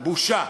בושה.